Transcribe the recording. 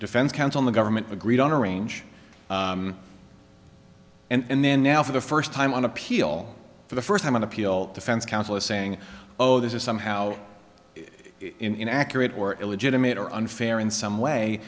defense counsel the government agreed on arrange and then now for the first time on appeal for the first time on appeal defense counsel is saying oh this is somehow in accurate or illegitimate or unfair in some way